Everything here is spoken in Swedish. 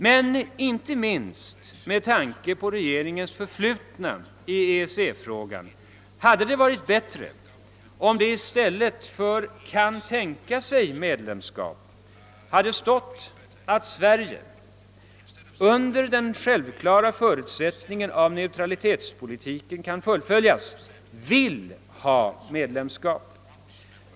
Men inte minst med tanke på regeringens förflutna i EEC-frågan hade det varit bättre om det i stället för »kan tänka sig medlemskap» hade stått att Sverige »under den självklara förutsättningen att neutralitetspolitiken kan fullföljas vill ha ett medlemskap».